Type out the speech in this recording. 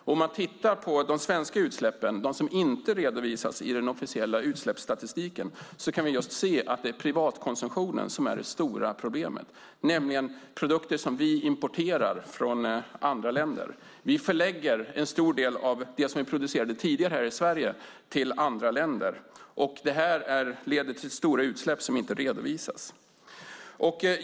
Om man tittar på de svenska utsläppen, de som inte redovisas i den officiella utsläppsstatistiken, kan vi se att det är privatkonsumtionen som är det stora problemet, det vill säga produkter som vi importerar från andra länder. Vi förlägger en stor del av det vi producerade tidigare i Sverige till andra länder. Det leder till stora utsläpp som inte redovisas.